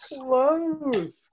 close